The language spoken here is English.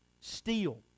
steal